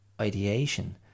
ideation